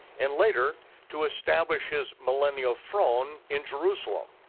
and later to establish his millennial throne in jerusalem.